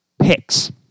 picks